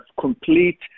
complete